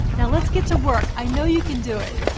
now let's get to work, i know you can do it.